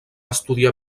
estudiar